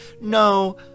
no